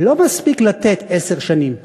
לא מספיק לתת עשר שנים,